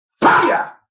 Fire